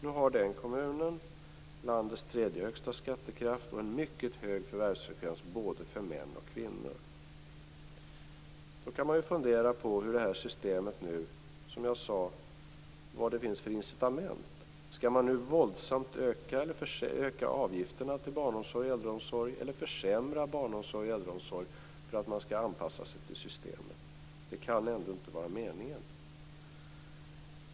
Nu har denna kommun landets tredje högsta skattekraft och en mycket hög förvärvsfrekvens för både män och kvinnor. Man kan fundera över vad det finns för incitament för detta system. Skall man nu våldsamt öka avgifterna för barnomsorg och äldreomsorg eller försämra barnomsorg och äldreomsorg för att anpassa sig till systemet? Det kan ändå inte vara meningen.